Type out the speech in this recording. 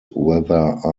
whether